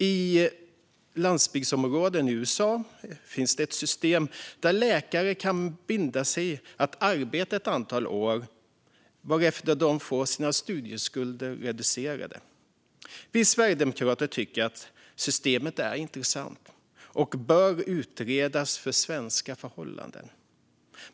I landsbygdsområden i USA finns ett system där läkare kan förbinda sig att arbeta ett antal år, varefter de får sina studieskulder reducerade. Vi sverigedemokrater tycker att systemet är intressant och bör utredas för svenska förhållanden.